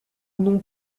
non